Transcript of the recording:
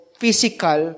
physical